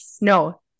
No